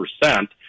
percent